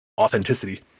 authenticity